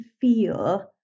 feel